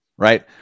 right